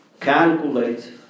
calculate